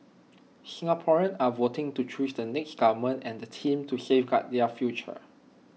Singaporeans are voting to choose the next government and the team to safeguard their future